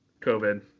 covid